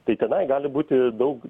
tai tenai gali būti daug